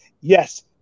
Yes